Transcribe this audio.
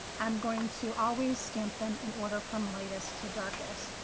i'm going to always stamp them in order from lightest to darkest.